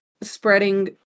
spreading